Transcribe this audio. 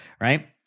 right